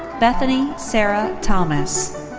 bethany sara thomas.